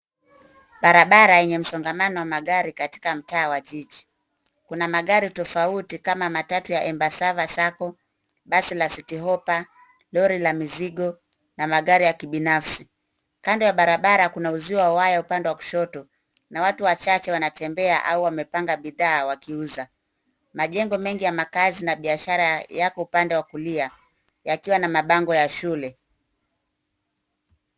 Barabara yenye msongamano wa magari katika mtaa wa jiji, kuna magari tofauti kama matatu ya Embasava Sacco basi la City Hoper , lori la mizigo na magari yakibinafsi. Kando ya barabara kuna uzio wa waya upande wa kushoto na watu wachache wana tembea au wamepanga bidhaa wakiuza. Majengo mengi ya makaazi na biashara yako upande wa kulia yakiwa na bango la shule.